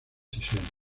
sesiones